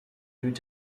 blüht